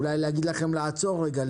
אולי להגיד לכם לעצור רגע,